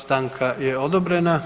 Stanka je odobrena.